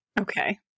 Okay